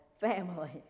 family